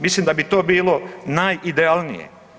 Mislim da bi to bilo najidealnije.